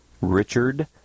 Richard